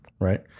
right